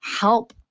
help